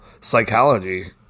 psychology